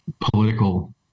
political